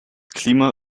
klima